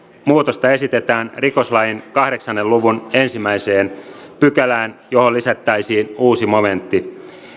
muutosta esitetään rikoslain kahdeksan luvun ensimmäiseen pykälään johon lisättäisiin uusi momentti